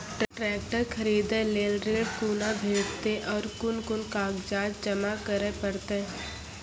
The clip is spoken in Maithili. ट्रैक्टर खरीदै लेल ऋण कुना भेंटते और कुन कुन कागजात जमा करै परतै?